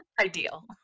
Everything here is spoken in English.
ideal